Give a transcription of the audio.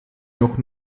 noch